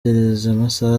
amasaha